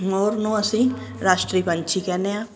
ਮੋਰ ਨੂੰ ਅਸੀਂ ਰਾਸ਼ਟਰੀ ਪੰਛੀ ਕਹਿੰਦੇ ਆਂ